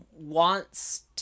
wants